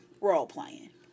role-playing